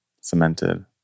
cemented